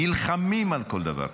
נלחמים על כל דבר,